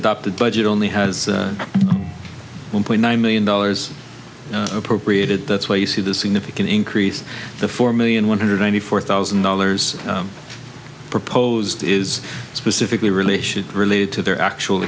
adopted budget only has one point nine million dollars appropriated that's why you see the significant increase the four million one hundred ninety four thousand dollars proposed is specifically really issues related to their actual